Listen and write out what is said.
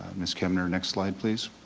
miss kemner, next slide please.